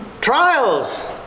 Trials